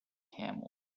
camels